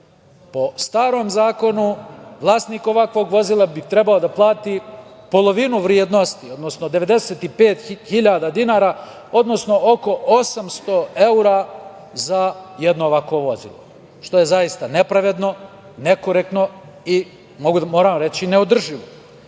Po starom zakonu, vlasnik ovakvog vozila bi trebalo da plati polovinu vrednosti, odnosno 95.000 dinara, odnosno oko 800 evra za jedno ovakvo vozilo, što je zaista nepravedno, nekorektno i moram reći neodrživo. Stoga,